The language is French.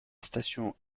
station